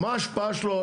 מה ההשפעה שלו,